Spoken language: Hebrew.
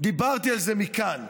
דיברתי על זה מכאן,